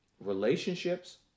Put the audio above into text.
relationships